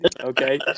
okay